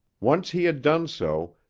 once he had done so,